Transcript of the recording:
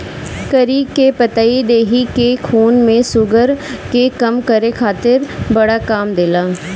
करी के पतइ देहि के खून में शुगर के कम करे खातिर बड़ा काम देला